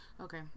okay